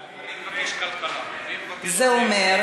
אני קובעת כי